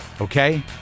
Okay